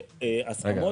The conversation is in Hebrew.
והסכמות.